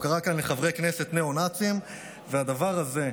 הוא קרא כאן לחברי כנסת נאו-נאצים, והדבר הזה,